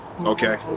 Okay